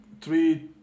three